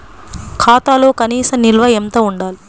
ఖాతాలో కనీస నిల్వ ఎంత ఉండాలి?